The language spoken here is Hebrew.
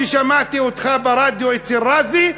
כששמעתי אותך ברדיו אצל רזי,